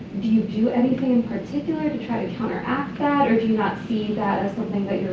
do you do anything in particular to try to counteract that? or do you not see that as something you're